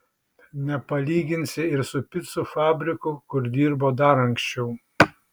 nepalyginsi ir su picų fabriku kur dirbo dar anksčiau